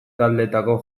taldeetako